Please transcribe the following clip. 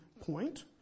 point